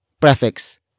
prefix